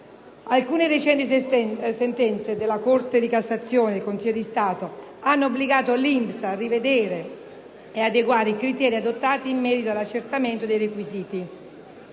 Alcune recenti sentenze della Corte di cassazione e del Consiglio di Stato hanno obbligato l'INPS a rivedere e adeguare i criteri adottati in merito all'accertamento dei requisiti.